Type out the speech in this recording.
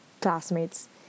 classmates